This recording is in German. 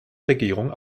regierung